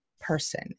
person